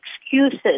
excuses